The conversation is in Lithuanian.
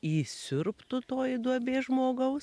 įsiurbtų toji duobė žmogaus